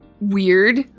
Weird